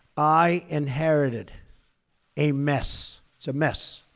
i inherited a mess it's a mess